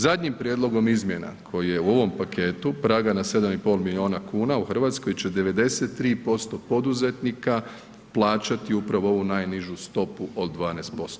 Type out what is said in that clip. Zadnjim prijedlogom izmjena koji je u ovom paketu praga na 7,5 miliona kuna u Hrvatskoj će 93% poduzetnika plaćati upravo ovu najnižu stopu od 12%